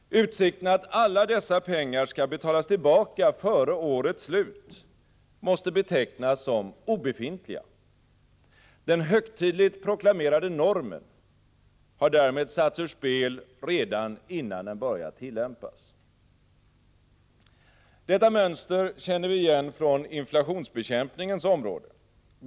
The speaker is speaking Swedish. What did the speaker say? Utsikterna att alla dessa pengar skall betalas tillbaka före årets slut måste betecknas som obefintliga. Den högtidligt proklamerade normen har därmed satts ur spel redan innan den börjat tillämpas. Detta mönster känner vi igen från inflationsbekämpningens område.